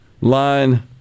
line